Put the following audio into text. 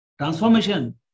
transformation